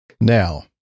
now